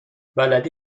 بلدی